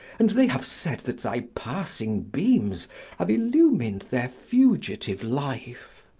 and they have said that thy passing beams have illumined their fugitive life.